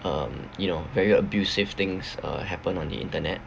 um you know very abusive things uh happen on the internet